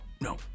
no